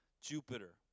Jupiter